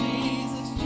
Jesus